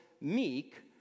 meek